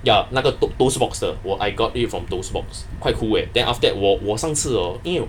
ya 那个 to~ toast box 的我 I got it from toast box quite cool eh that after that 我我上次 hor 因为